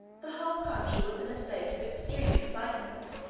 the whole country was in a state of extreme excitement,